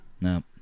No